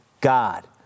God